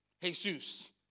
Jesus